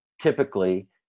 typically